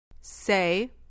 Say